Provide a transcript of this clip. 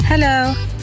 Hello